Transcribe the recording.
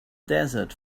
desert